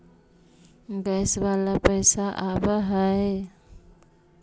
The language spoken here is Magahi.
गैस वाला पैसा आव है?